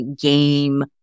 game